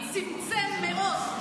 צמצם מאוד,